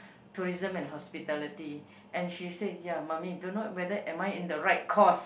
tourism and hospitality and she say ya mummy don't know whether am I in the right course